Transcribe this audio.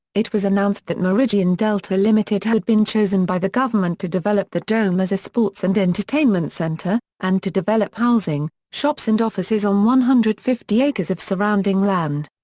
it was announced that meridian delta ltd. had been chosen by the government to develop the dome as a sports and entertainment centre, and to develop housing, shops and offices on one hundred and fifty acres of surrounding land.